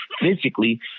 physically